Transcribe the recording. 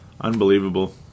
Unbelievable